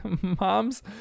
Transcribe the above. Mom's